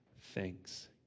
thanks